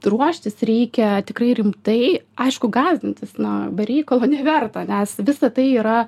ruoštis reikia tikrai rimtai aišku gąsdintis na be reikalo neverta nes visa tai yra